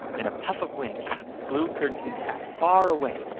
then a puff of wind came and blew curdken's hat far away,